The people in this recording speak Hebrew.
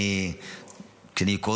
אני קורא